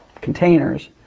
containers